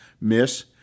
miss